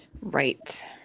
Right